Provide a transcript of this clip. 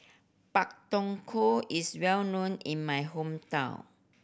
Pak Thong Ko is well known in my hometown